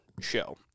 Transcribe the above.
show